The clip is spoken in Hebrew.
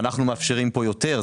ואנחנו מאפשרים פה יותר,